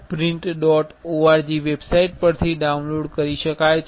org website પરથી download કરી શકાય છે